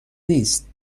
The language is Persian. نیست